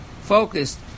focused